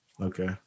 Okay